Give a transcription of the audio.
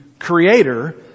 creator